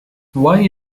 why